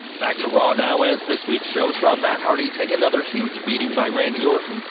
back to raw now, as this week's show saw matt hardy take another huge beating by randy orton,